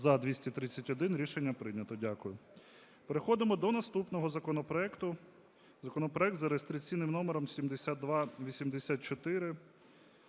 За-231 Рішення прийнято. Дякую. Переходимо до наступного законопроекту. Законопроект за реєстраційним номером 7284: